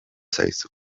zaizu